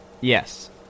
Yes